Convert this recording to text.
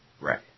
right